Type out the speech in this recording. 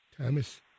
Thomas